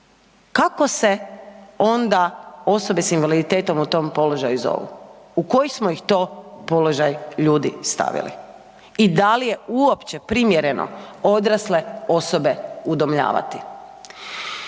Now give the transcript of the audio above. kako se onda osobe s invaliditetom u tom položaju zovu? U koji smo ih to položaj ljudi stavili? I da li je uopće primjereno odrasle osobe udomljavati?